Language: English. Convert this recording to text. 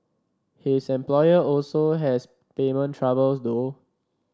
his employer also has payment troubles though